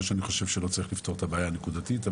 לא שאני חושב שלא צריך לפתור את הבעיה הנקודתית כאשר יש,